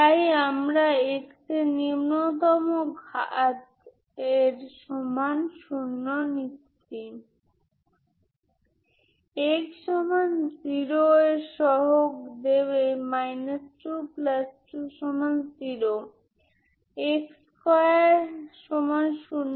তাই যদি আমি এটি করি যে কোন f আমি এই n0CnPn এর পরিপ্রেক্ষিতে লিখতে পারি তার মানে এই যোগফল f আপনি যেকোন মান x ঠিক করুন যাকে বলা হয় পয়েন্ট ওয়াইজ কনভারজেন্স